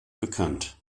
bekannt